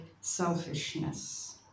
selfishness